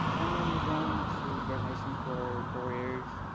someone who's going to george mason for four years